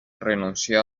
renunció